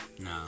No